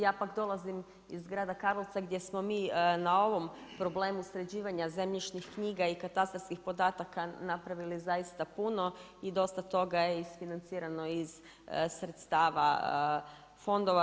Ja pak dolazim iz grada Karlovca gdje smo mi na ovom problemu sređivanja zemljišnih knjiga i katastarskih podataka napravili zaista puno i dosta toga je i isfinancirano iz sredstava fondova.